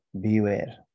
Beware